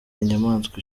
inyamaswa